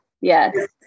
Yes